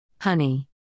Honey